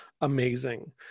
amazing